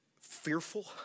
fearful